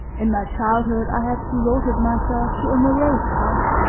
in my childhood i had devoted myself to a morose cult,